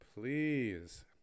please